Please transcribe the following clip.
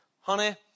honey